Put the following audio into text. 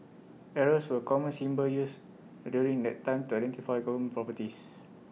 arrows were common symbols used during that time to identify government properties